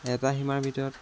এটা সীমাৰ ভিতৰত